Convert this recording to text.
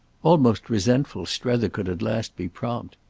almost resentful, strether could at last be prompt.